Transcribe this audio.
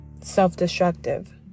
self-destructive